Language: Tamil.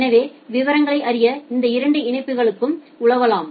எனவே விவரங்களை அறிய இந்த இரண்டு இணைப்புகளிலும் உலாவலாம்